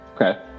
Okay